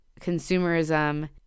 consumerism